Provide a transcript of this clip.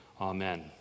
Amen